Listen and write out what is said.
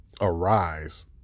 arise